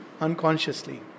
unconsciously